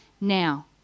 now